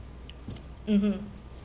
mmhmm